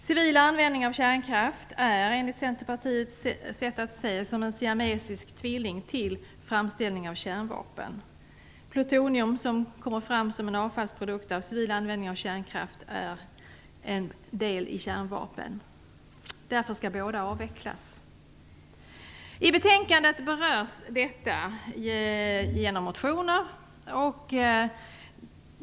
Civil användning av kärnkraft är, enligt Centerpartiets sätt att se, som en siamesisk tvilling till framställning av kärnvapen. Plutonium, som kommer fram som en avfallsprodukt av civil användning av kärnkraft, är en del i kärnvapen. Därför skall båda avvecklas. I betänkandet berörs detta genom de motioner som tas upp.